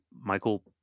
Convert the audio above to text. michael